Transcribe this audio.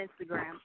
Instagram